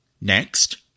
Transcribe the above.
Next